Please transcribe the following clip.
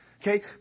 Okay